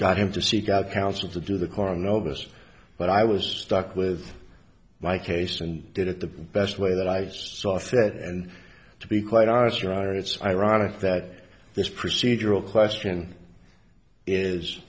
got him to seek out counsel to do the core novus but i was stuck with my case and did it the best way that i saw said and to be quite honest your honor it's ironic that this procedural question is